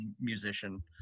musician